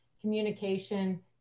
communication